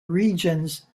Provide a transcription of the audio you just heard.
regions